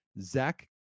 Zach